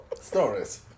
Stories